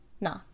nah